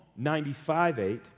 95:8